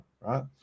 right